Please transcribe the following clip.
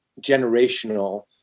generational